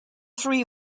three